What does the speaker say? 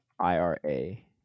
i-r-a